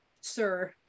sir